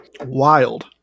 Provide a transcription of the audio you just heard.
Wild